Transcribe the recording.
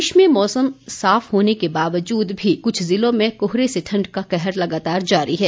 प्रदेश में साफ मौसम होने के बावजूद कुछ जिलों में कोहरा से ठंड का कहर लगातार जारी है